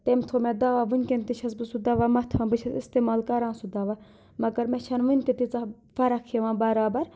تٔمۍ تھوٚو مےٚ دَوا وٕنکیٚن تہِ چھَس بہٕ سُہ دوا مَتھان بہٕ چھَس اِستعمال کَران سُہ دَوا مگر مےٚ چھےٚ نہٕ وٕنہِ تہِ تیٖژاہ فرق یِوان برابر